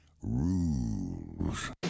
rules